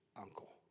uncle